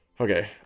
okay